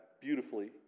beautifully